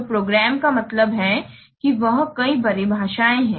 तो प्रोग्राम का मतलब है कि वहाँ कई परिभाषाएँ हैं